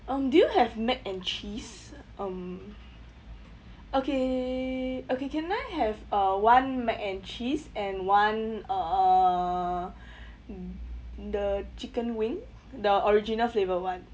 um do you have mac and cheese um okay okay can I have uh one mac and cheese and one uh the chicken wing the original flavour [one]